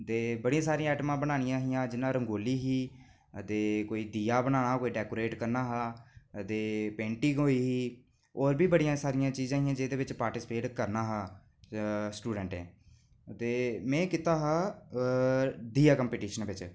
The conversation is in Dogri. ते बड़ियां सारियां ऐटमां बनानियां हां जियां रंगोली ते कोई दिआ बनाना हा कोई डैकोरेट करना हा ते पेंटिंग होई ही होर बी बड़ियां सारियां चीजां हियां जिंदे बिच्च पार्टिसिपेट करना हा स्टूडैंटें ते में कीता दा दिआ कंपिटिशन च